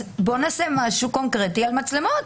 אז בואו נעשה משהו קונקרטי על מצלמות.